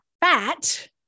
fat